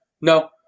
no